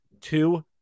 Two